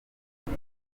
ibi